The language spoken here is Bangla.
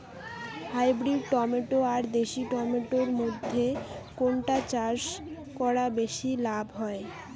হাইব্রিড টমেটো আর দেশি টমেটো এর মইধ্যে কোনটা চাষ করা বেশি লাভ হয়?